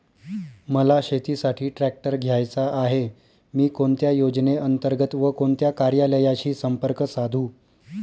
मला शेतीसाठी ट्रॅक्टर घ्यायचा आहे, मी कोणत्या योजने अंतर्गत व कोणत्या कार्यालयाशी संपर्क साधू?